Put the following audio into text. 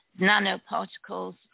nanoparticles